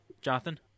Jonathan